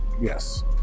yes